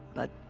but.